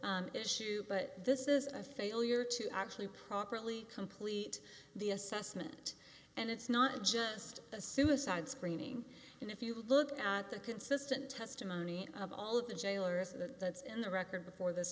clerical issue but this is a failure to actually properly complete the assessment and it's not just a suicide screening and if you look at the consistent testimony of all of the jailers of the in the record before this